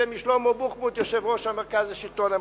ומשלמה בוחבוט, יושב-ראש המרכז לשלטון המקומי.